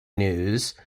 news